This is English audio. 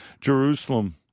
Jerusalem